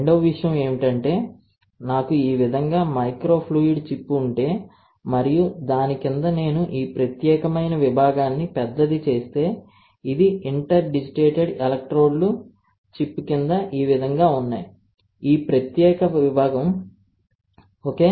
రెండవ విషయం ఏమిటంటే నాకు ఈ విధంగా మైక్రోఫ్లూయిడ్ చిప్ ఉంటే మరియు దాని క్రింద నేను ఈ ప్రత్యేకమైన విభాగాన్ని పెద్దది చేస్తే ఇది ఇంటర్డిజిటేటెడ్ ఎలక్ట్రోడ్లు చిప్ క్రింద ఈ విధంగా ఉన్నాయి ఈ ప్రత్యేక విభాగం ఓకే